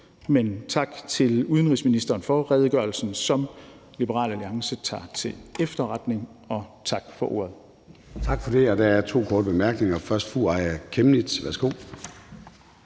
Men tak til udenrigsministeren for redegørelsen, som Liberal Alliance tager til efterretning, og tak for ordet. Kl. 13:59 Formanden (Søren Gade): Tak for det. Der er to korte bemærkninger, først fra fru Aaja Chemnitz. Værsgo.